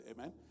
Amen